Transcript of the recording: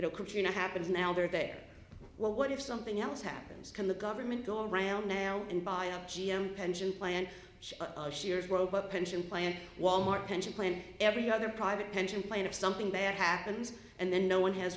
know katrina happens now they're there well what if something else happens can the government go around now and buy a g m pension plan as well but a pension plan wal mart pension plan every other private pension plan if something bad happens and then no one has